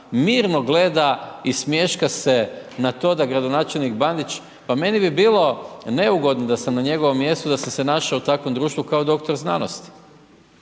mirno gleda i smješka se na to da gradonačelnik Bandić, pa meni bi bilo neugodno da sam na njegovom mjestu da sam se našao u takvom društvu kao doktor znanosti.